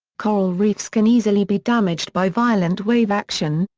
coral reefs can easily be damaged by violent wave action,